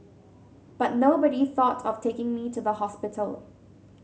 but nobody thought of taking me to the hospital